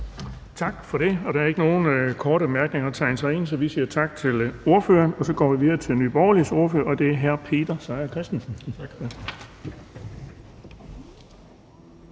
Tak for det. Der er ikke nogen korte bemærkninger, så vi siger tak til ordføreren. Så går vi videre til Nye Borgerliges ordfører, og det er hr. Peter Seier Christensen.